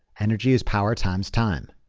energy is power times time.